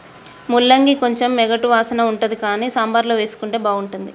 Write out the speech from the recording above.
ముల్లంగి కొంచెం ఎగటు వాసన ఉంటది కానీ సాంబార్ల వేసుకుంటే బాగుంటుంది